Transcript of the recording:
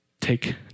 take